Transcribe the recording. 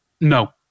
No